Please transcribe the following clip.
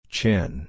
Chin